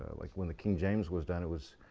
ah like when the king james was done, it was